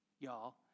y'all